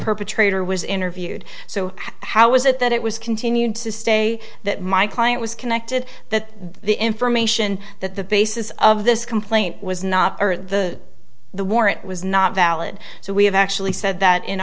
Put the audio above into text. perpetrator was interviewed so how is it that it was continued to stay that my client was connected that the information that the basis of this complaint was not or the the warrant was not valid so we have actually said that in